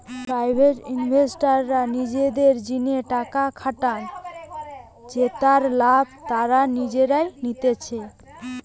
private ইনভেস্টররা নিজেদের জিনে টাকা খাটান জেতার লাভ তারা নিজেই নিতেছে